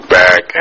back